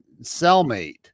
cellmate